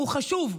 הוא חשוב.